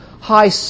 high